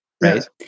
Right